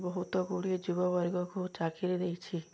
ବହୁତ ଗୁଡ଼ିଏ ଯୁବ ବର୍ଗକୁ ଚାକିରି ଦେଇଛି